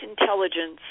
intelligence